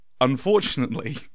Unfortunately